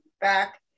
back